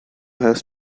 has